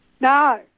No